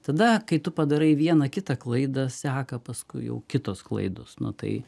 tada kai tu padarai vieną kitą klaidą seka paskui jau kitos klaidos nu tai